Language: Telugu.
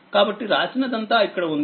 కాబట్టిరాసినదంతా ఇక్కడ ఉంది